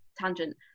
tangent